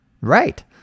Right